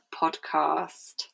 podcast